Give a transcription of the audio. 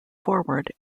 forward